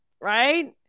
right